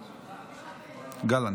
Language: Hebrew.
גלנט.